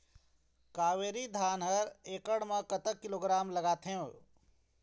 कावेरी धान हर एकड़ म कतक किलोग्राम लगाथें गरवा?